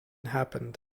happened